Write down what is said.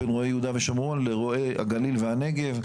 בין רועי יהודה ושומרון לרועי הגליל והנגב.